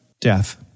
death